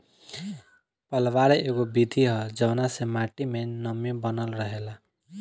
पलवार एगो विधि ह जवना से माटी मे नमी बनल रहेला